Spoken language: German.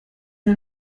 der